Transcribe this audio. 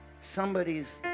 somebody's